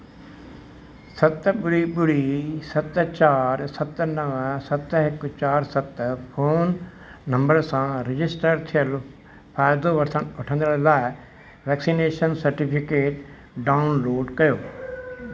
सत ॿुड़ी ॿुड़ी सत चारि सत नव सत हिकु चारि सत फ़ोन नंबर सां रजिस्टर थियल फ़ाइदो वठण वठंदड़ लाइ वैक्सीनेशन सर्टिफिकेट डाउनलोड कयो